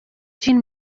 jean